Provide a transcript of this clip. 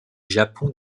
japon